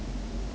okay